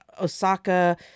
Osaka